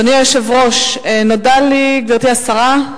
אדוני היושב-ראש, גברתי השרה,